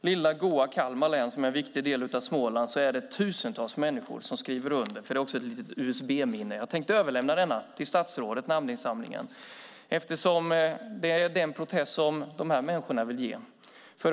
lilla goa Kalmar län, en viktig del av Småland, har tusentals människor skrivit under. Det finns också ett litet usb-minne. Jag tänkte överlämna namninsamlingen till statsrådet. Det är den protest som dessa människor vill framföra.